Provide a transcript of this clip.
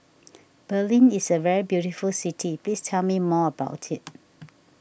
Berlin is a very beautiful city please tell me more about it